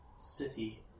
city